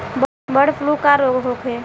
Bird flu का रोग होखे?